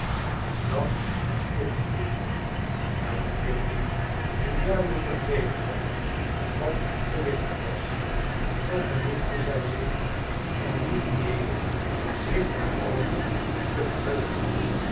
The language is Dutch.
worden en dat was kitty's doel nadat kitty nu duidelijk begrepen had wat gewichtig was vergenoegde zij zich er niet mede zich daarover te verheugen